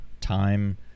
time